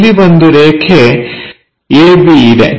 ಇಲ್ಲಿ ಒಂದು ರೇಖೆ AB ಇದೆ